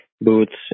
boots